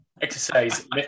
exercise